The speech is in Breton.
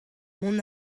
mont